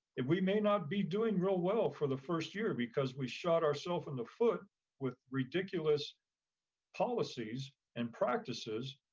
and we may not be doing real well for the first year because we shot ourselves in the foot with ridiculous policies and practices.